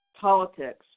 politics